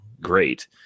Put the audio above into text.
great